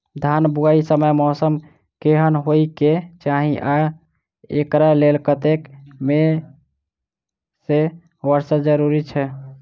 धान बुआई समय मौसम केहन होइ केँ चाहि आ एकरा लेल कतेक सँ मी वर्षा जरूरी छै?